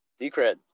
Decred